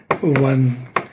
one